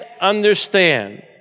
understand